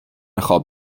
خواب